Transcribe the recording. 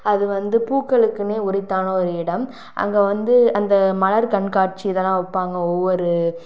அது வந்து பூக்களுக்குன்னே உரித்தான ஒரு இடம் அங்கே வந்து அந்த மலர் கண்காட்சி இதெல்லாம் வைப்பாங்க ஒவ்வொரு